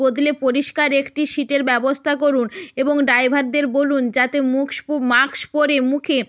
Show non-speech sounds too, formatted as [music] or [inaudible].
বদলে পরিষ্কার একটি সিটের ব্যবস্থা করুন এবং ড্রাইভারদের বলুন যাতে [unintelligible] মাস্ক পরে মুখে